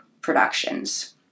productions